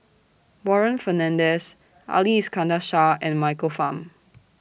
Warren Fernandez Ali Iskandar Shah and Michael Fam